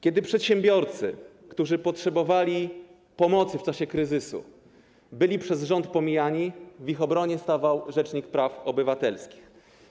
Kiedy przedsiębiorcy, którzy potrzebowali pomocy w czasie kryzysu, byli przez rząd pomijani, w ich obronie stawał rzecznik praw obywatelskich.